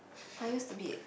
I used to be